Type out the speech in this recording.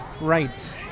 right